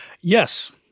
Yes